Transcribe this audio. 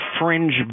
fringe